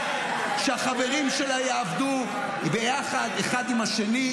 שהחברים שלה יעבדו ביחד אחד עם השני,